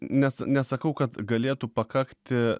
nes nesakau kad galėtų pakakti